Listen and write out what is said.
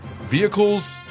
vehicles